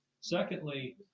Secondly